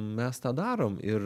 mes tą darom ir